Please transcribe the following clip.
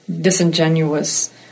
disingenuous